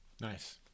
Nice